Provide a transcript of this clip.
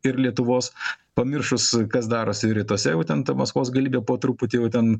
ir lietuvos pamiršus kas darosi rytuose jau ten ta maskvos galybė po truputį jau ten